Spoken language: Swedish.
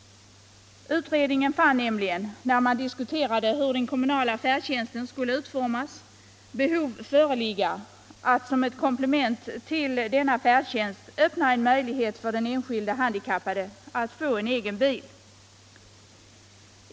Utredningen fann nämligen, när man diskuterade hur den kommunala färdtjänsten skulle utformas, behov föreligga att som ett komplement till denna färdtjänst öppna en möjlighet för den enskilde handikappade att få egen bil.